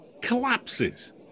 collapses